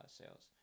sales